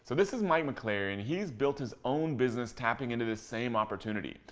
so this is mike mcclary, and he's built his own business tapping into this same opportunity.